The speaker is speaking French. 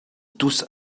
tous